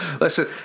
Listen